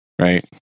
right